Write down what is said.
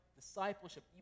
discipleship